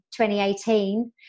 2018